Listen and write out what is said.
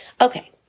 Okay